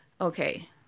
okay